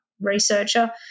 researcher